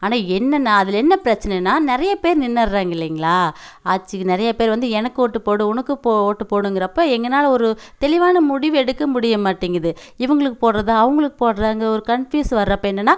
ஆனால் என்னென்னா அதில் என்ன பிரச்சனைனால் நிறையா பேர் நின்னுட்றாங்கள் இல்லைங்களா ஆட்சிக்கு நிறையா பேர் வந்து எனக்கு ஓட்டு போடு உனக்கு போ ஓட்டு போடுங்கறப்போ எங்களால ஒரு தெளிவான முடிவு எடுக்க முடிய மாட்டேங்குது இவங்களுக்கு போடுறதா அவங்களுக்கு போடுறாங்க ஒரு கன்ஃபியூஸ் வர்றப்போ என்னென்னா